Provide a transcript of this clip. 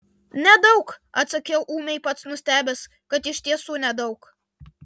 nedaug atsakiau ūmiai pats nustebęs kad iš tiesų nedaug